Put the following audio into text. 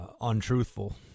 untruthful